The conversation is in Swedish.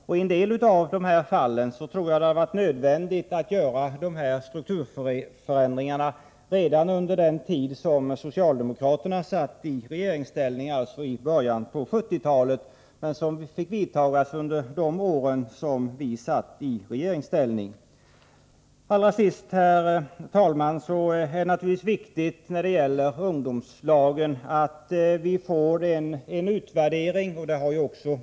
I en del av fallen tror jag att det hade varit nödvändigt att göra dessa strukturförändringar redan under den tid som socialdemokraterna satt i regeringsställning, dvs. i början av 1970-talet. Men de fick vidtas under de år som vi satt i regeringsställning. Allra sist, herr talman, är det naturligtvis viktigt att vi får en utvärdering när det gäller ungdomslagen.